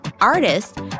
artists